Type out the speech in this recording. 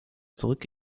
zurück